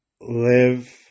live